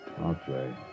Okay